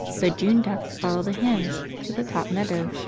the june ducks follow the hens to the top meadow,